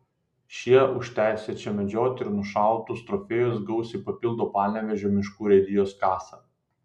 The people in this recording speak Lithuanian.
šie už teisę čia medžioti ir nušautus trofėjus gausiai papildo panevėžio miškų urėdijos kasą